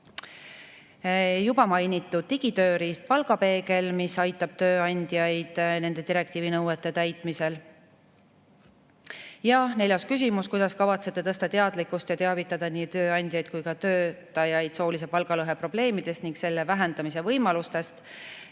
Juba mainitud digitööriist palgapeegel aitab tööandjaid direktiivi nõuete täitmisel. Ja neljas küsimus: "Kuidas kavatsete tõsta teadlikkust ja teavitada nii tööandjaid kui ka töötajaid soolise palgalõhe probleemist ning selle vähendamise võimalustest?"